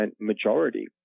Majority